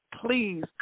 please